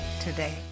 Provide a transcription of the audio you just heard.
today